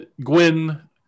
Gwyn